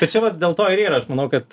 tai čia va dėl to ir yra aš manau kad